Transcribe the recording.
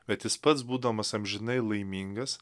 bet jis pats būdamas amžinai laimingas